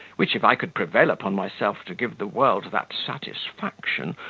which, if i could prevail upon myself to give the world that satisfaction,